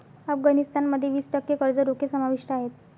अफगाणिस्तान मध्ये वीस टक्के कर्ज रोखे समाविष्ट आहेत